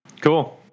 cool